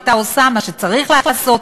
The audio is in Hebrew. והייתה עושה מה שצריך לעשות,